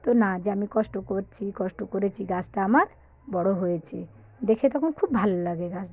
তো না যে আমি কষ্ট করছি কষ্ট করেছি গাছটা আমার বড় হয়েছে দেখে তখন খুব ভালো লাগে গাছ